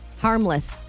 Harmless